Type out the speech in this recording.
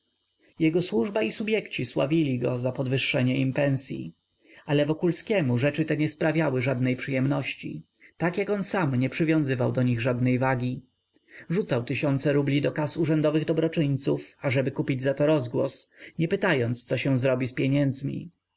jego służba i subjekci sławili go za podwyższenie im pensyi ale wokulskiemu rzeczy te nie sprawiały żadnej przyjemności tak jak on sam nie przywiązywał do nich żadnej wagi rzucał tysiące rubli do kas urzędowych dobroczyńców ażeby kupić za to rozgłos nie pytając co się zrobi z pieniędzmi